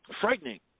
Frightening